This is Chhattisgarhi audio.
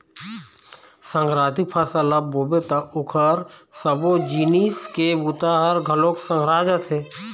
संघराती फसल ल बोबे त ओखर सबो जिनिस के बूता ह घलोक संघरा जाथे